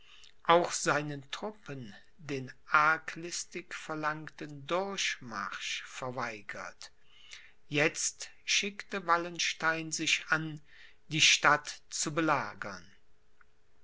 auch seinen truppen den arglistig verlangten durchmarsch verweigert jetzt schickte wallenstein sich an die stadt zu belagern